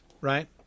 Right